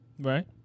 Right